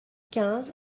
quinze